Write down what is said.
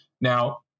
Now